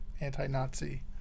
anti-Nazi